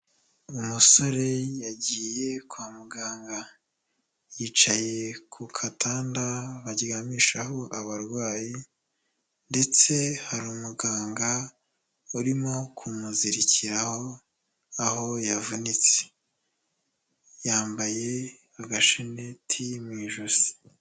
Umusore yagiye kwa muganga. Yicaye ku katanda baryamishaho abarwayi ndetse hari umuganga urimo kumuzirikiraho aho yavunitse. Yambaye agashaneti mu ijosi.